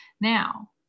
Now